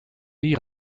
die